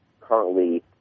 currently